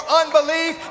unbelief